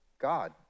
God